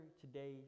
today